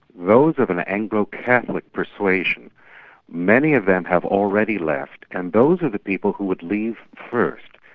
those of an anglo-catholic persuasion many of them have already left and those are the people who would leave first.